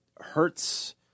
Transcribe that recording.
hurts